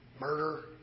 Murder